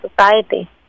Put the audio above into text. society